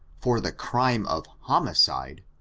for the crime of homicide,